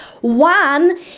One